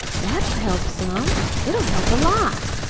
that'll help some it'll help a lot.